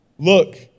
Look